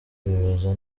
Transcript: bibaza